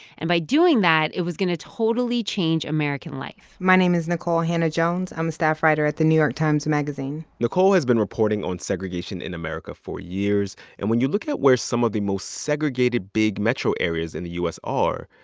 and by doing that, it was going to totally change american life my name is nikole hannah-jones. i'm a staff writer at the new york times magazine nikole has been reporting on segregation in america for years. and when you look at where some of the most segregated big metro areas in the u s. are,